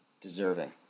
deserving